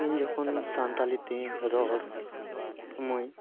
ᱤᱧ ᱡᱚᱠᱷᱚᱱ ᱥᱟᱱᱛᱟᱞᱤ ᱛᱮ ᱨᱚᱲ ᱥᱳᱢᱚᱭ